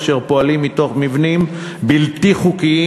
אשר פועלים במבנים בלתי חוקיים,